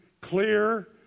clear